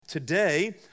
Today